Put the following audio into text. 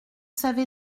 savez